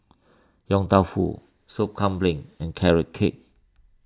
Yong Tau Foo Sop Kambing and Carrot Cake